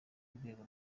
urwego